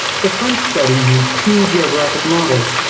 the french study used two geographic models.